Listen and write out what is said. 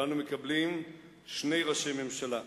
ואנחנו מקבלים שני ראשי ממשלה,